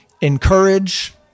encourage